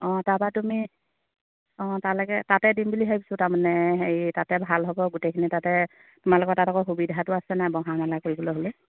অঁ তাৰপৰা তুমি অঁ তালৈকে তাতে দিম বুলি ভাবিছোঁ তাৰমানে হেৰি তাতে ভাল হ'ব গোটেইখিনি তাতে তোমালোকৰ তাত আকৌ সুবিধাটো আছে নাই বহা মেলা কৰিবলৈ হ'লে